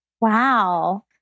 Wow